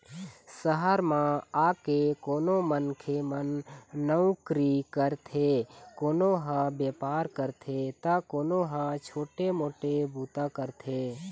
सहर म आके कोनो मनखे मन नउकरी करथे, कोनो ह बेपार करथे त कोनो ह छोटे मोटे बूता करथे